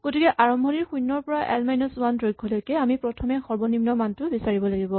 গতিকে আৰম্ভণিৰ শূণ্যৰ পৰা এল মাইনাচ ৱান দৈৰ্ঘলৈকে আমি প্ৰথমে সৰ্বনিম্ন মানটো বিচাৰিব লাগিব